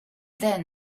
then